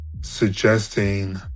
suggesting